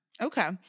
Okay